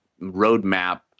roadmap